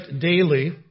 daily